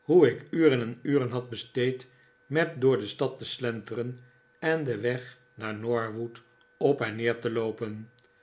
hoe ik uren en uren had besteed met door de stad te slenteren en den weg naar norwood op en neer te loopen